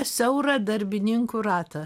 siaurą darbininkų ratą